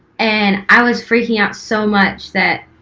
and i was freaking out so much that